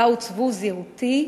ובה עוצבו זהותי ותפיסותי.